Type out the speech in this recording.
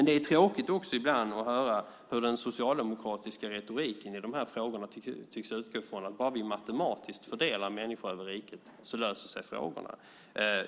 Det är tråkigt att höra hur den socialdemokratiska retoriken i de här frågorna tycks utgå från att om vi bara matematiskt fördelar människor över riket löser sig frågorna.